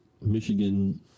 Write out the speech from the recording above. Michigan